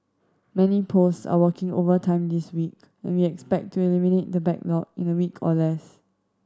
many post are working overtime this week and we expect to eliminate the backlog in a week or less